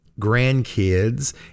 grandkids